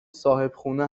صاحبخونه